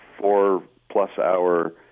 four-plus-hour